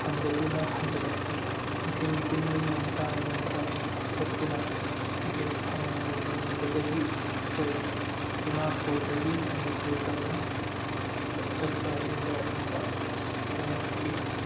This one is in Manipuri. ꯐꯪꯗꯗꯨꯅ ꯍꯟꯖꯤꯜꯂꯈꯤ ꯅꯨꯡꯊꯤꯜꯒꯤ ꯄꯨꯡ ꯃꯔꯤꯔꯣꯝ ꯇꯥꯔꯕ ꯃꯇꯝꯗ ꯑꯃꯨꯛ ꯊꯣꯛꯇꯨꯅ ꯇꯤꯛꯀꯦꯠ ꯐꯪꯕꯗꯒꯤ ꯑꯩꯈꯣꯏ ꯗꯤꯃꯥꯄꯨꯔꯗꯒꯤ ꯃꯅꯤꯄꯨꯔ ꯇꯝꯅ ꯆꯠꯄ ꯋꯤꯒꯔ ꯑꯃꯗ ꯇꯣꯡꯂꯛꯈꯤ